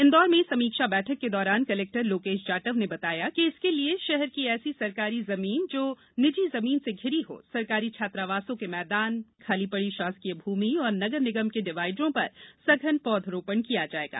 इंदौर में समीक्षा बैठक के दौरान कलेक्टर लोकेष जाटव ने बताया कि इसके लिए षहर की ऐसी सरकारी जमीन जो निजी जमीन से धिरी हो सरकारी छात्रावासों के मैदान खाली पड़ी षासकीय भूमि और नगर निगम के डिवाइडरों पर सघन पौधरोपण किया जाएगा